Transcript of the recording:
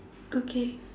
okay